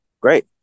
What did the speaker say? Great